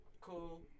cool